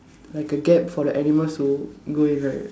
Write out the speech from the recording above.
like a gap for the animals to go in right